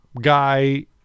guy